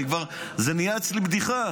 זו כבר נהייתה בדיחה